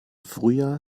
frühjahr